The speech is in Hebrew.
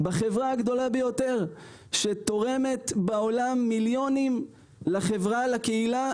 בחברה הגדולה ביותר שתורמת בעולם מיליונים לחברה ולקהילה.